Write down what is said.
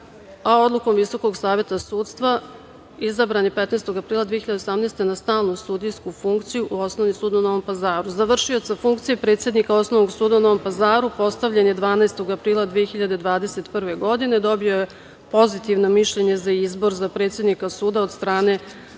Odlukom Visokog saveta sudstva izabran je 15. aprila 2018. godine na stalnu sudijsku funkciju u Osnovni sud u Novom Pazaru. Za vršioca funkcije predsednika Osnovnog suda u Novom Pazaru postavljen je 12. aprila 2021. godine. Dobio je pozitivna mišljenja za izbor za predsednika suda na